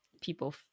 people